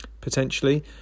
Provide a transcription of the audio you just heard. potentially